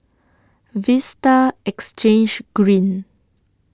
Vista Exchange Green